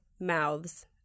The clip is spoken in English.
mouths